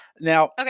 Now